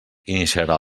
iniciarà